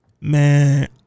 man